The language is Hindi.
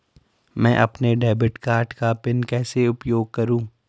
मैं अपने डेबिट कार्ड का पिन कैसे उपयोग करूँ?